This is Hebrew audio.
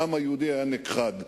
העם היהודי היה נכחד.